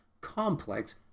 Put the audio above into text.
complex